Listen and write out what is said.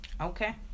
Okay